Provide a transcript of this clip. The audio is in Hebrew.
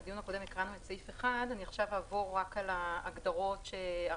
בדיון הקודם הקראנו את סעיף 1. אני אעבור עכשיו רק על ההגדרות שערכנו